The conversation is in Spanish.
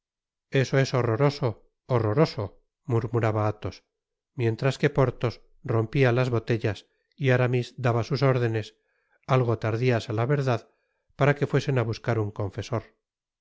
eso es horroroso horroroso murmuraba athos mientras que porthos rompía las botellas y aramis daba sus órdenes algo tardias á la verdad para q efuesen á buscar un confesor